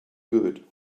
good